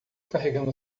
carregando